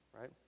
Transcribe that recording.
right